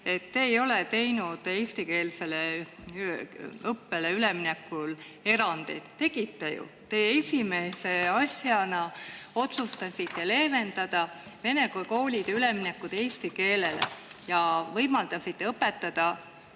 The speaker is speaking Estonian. et te ei ole teinud eestikeelsele õppele üleminekul erandeid. Tegite ju! Te esimese asjana otsustasite leevendada vene koolide üleminekut eesti keelele ja võimaldasite õpetada